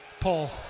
Paul